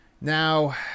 Now